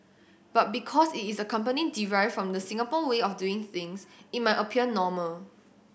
but because it is a company derived from the Singapore way of doing things it might appear normal